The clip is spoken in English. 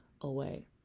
away